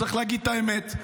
צריך להגיד את האמת.